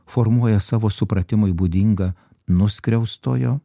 formuoja savo supratimui būdingą nuskriaustojo